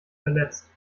verletzt